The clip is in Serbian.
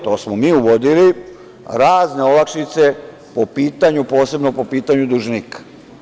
To smo mi uvodili, razne olakšice po pitanju, posebno, dužnika.